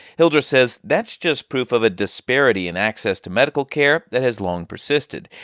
hildreth says that's just proof of a disparity in access to medical care that has long persisted.